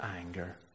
anger